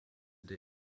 der